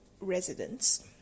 residents